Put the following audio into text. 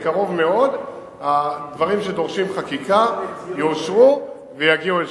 בקרוב מאוד הדברים שדורשים חקיקה יאושרו ויגיעו לשולחנך.